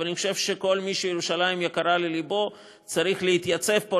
אבל אני חושב שכל מי שירושלים יקרה ללבו צריך להתייצב פה,